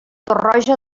torroja